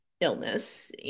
illness